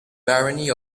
barony